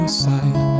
side